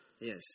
Yes